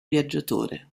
viaggiatore